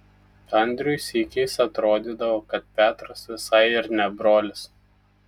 andriui sykiais atrodydavo kad petras visai ir ne brolis